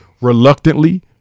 Reluctantly